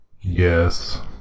Yes